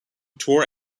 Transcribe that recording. tour